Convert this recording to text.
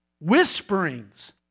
whisperings